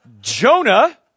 Jonah